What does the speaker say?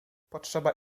potrzeba